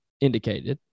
indicated